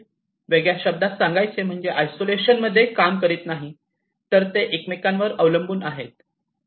तर वेगळ्या शब्दात सांगायचे म्हणजे ते आयसोलेशन मध्ये काम करत नाहीत तर ते एकमेकांवर अवलंबून आहेत बरोबर